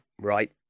Right